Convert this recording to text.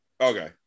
Okay